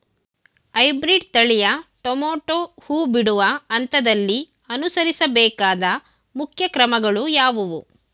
Hybrid ತಳಿಯ tomato ಹೂ ಬಿಡುವ ಹಂತದಲ್ಲಿ ಅನುಸರಿಸಬೇಕಾದ ಮುಖ್ಯ ಕ್ರಮಗಳು ಯಾವುವು?